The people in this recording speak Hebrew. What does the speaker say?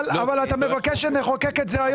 אבל אתה מבקש שנחוקק את זה היום.